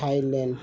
Thailand